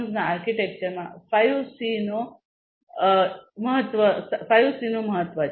ના આર્કિટેક્ચરમાં આ 5 સીનો સી છે